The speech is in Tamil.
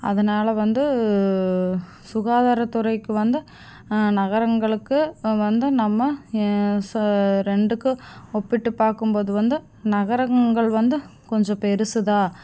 அதனால் வந்து சுகாதாரத்துறைக்கு வந்து நகரங்களுக்கு வந்து நம்ம ஏ ஸோ ரெண்டுக்கும் ஒப்பிட்டு பார்க்கும்போது வந்து நகரங்கள் வந்து கொஞ்சம் பெருசுதான்